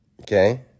Okay